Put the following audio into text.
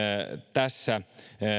tässä